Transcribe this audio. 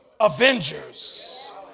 Avengers